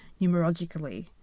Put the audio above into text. numerologically